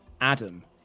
Adam